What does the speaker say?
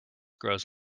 grows